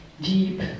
deep